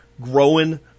Growing